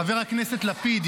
חבר הכנסת לפיד,